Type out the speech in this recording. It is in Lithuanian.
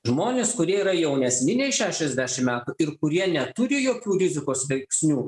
žmonės kurie yra jaunesni nei šešiasdešim metų ir kurie neturi jokių rizikos veiksnių